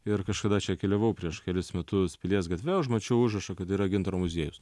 ir kažkada čia keliavau prieš kelis metus pilies gatve užmačiau užrašą kad yra gintaro muziejus